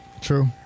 True